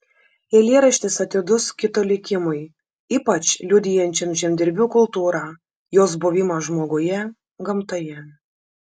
eilėraštis atidus kito likimui ypač liudijančiam žemdirbių kultūrą jos buvimą žmoguje gamtoje